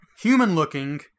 human-looking